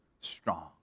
strong